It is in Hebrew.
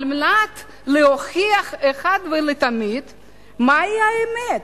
על מנת להוכיח אחת ולתמיד מהי האמת?